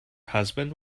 husband